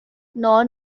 non